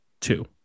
two